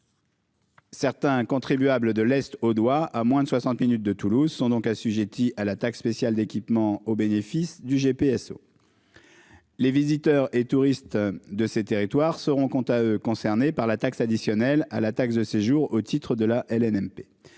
Certains contribuables de l'Est au doigt à moins de 60 minutes de Toulouse sont donc assujetties à la taxe spéciale d'équipement au bénéfice du GPSO. Les visiteurs et touristes de ces territoires seront quant à eux, concernés par la taxe additionnelle à la taxe de séjour au titre de la LNM.